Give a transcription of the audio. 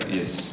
yes